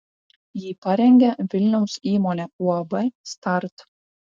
jį parengė vilniaus įmonė uab start